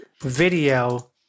video